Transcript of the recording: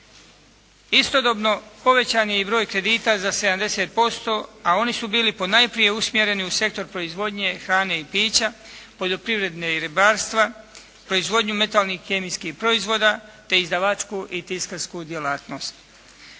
Istodobno povećan je i broj kredita za 70%, a oni su bili ponajprije usmjereni u sektor proizvodnje hrane i pića, poljoprivrede i ribarstva, proizvodnju metalnih, kemijskih proizvoda te izdavačku i tiskarsku djelatnost.